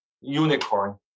unicorn